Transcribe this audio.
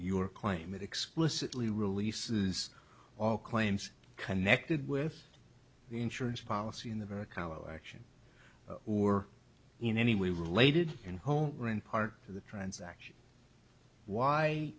your claim it explicitly releases all claims connected with the insurance policy in the in a cow action or in any way related in home or in part to the transaction why